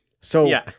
So-